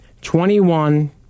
twenty-one